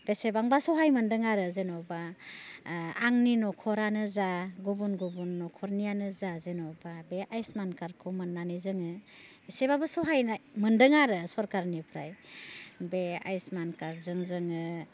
बेसेबांबा सहाय मोनदों आरो जेन'बा आंनि न'खरआनो जा गुबुन गुबन न'खरनियानो जा जेन'बा बे आयुष्मान कार्टखौ मोन्नानै जोङो एसेबाबो सहायनाय मोनदों आरो सरकारनिफ्राइ बे आयुष्मान कार्टजों जोङो